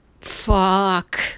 fuck